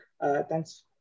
Thanks